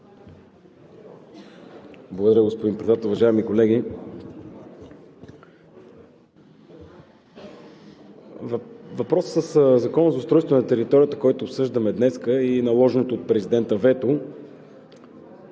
Благодаря, господин Председател. Уважаеми колеги! Въпросът със Закона за устройство на територията, който обсъждаме днес, и наложеното от президента вето